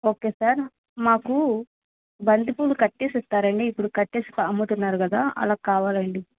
ఒకే sir మాకూ బంతి పూలు కట్టేసి ఇస్తారా అండి ఇప్పుడు కట్టేసి అమ్ముతున్నారు కదా అలా కావాలండి